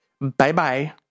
Bye-bye